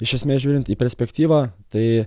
iš esmės žiūrint į perspektyvą tai